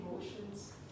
emotions